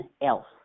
else